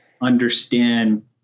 understand